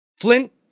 Flint